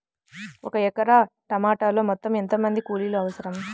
ఒక ఎకరా టమాటలో మొత్తం ఎంత మంది కూలీలు అవసరం?